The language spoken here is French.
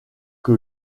que